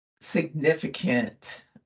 significant